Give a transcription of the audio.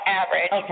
average